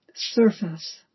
surface